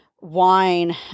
wine